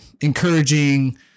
encouraging